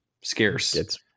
scarce